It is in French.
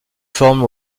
forme